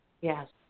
Yes